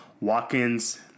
Watkins